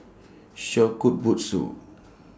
Shokubutsu